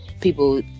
people